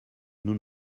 nous